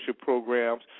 programs